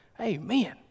Amen